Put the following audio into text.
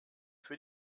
für